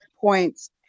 points